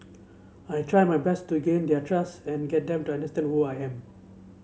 I try my best to gain their trust and get them to understand who I am